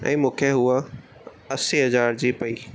ऐं मूंखे उहा असीं हज़ार जी पई